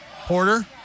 Porter